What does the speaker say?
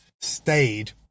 stayed